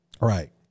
Right